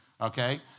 okay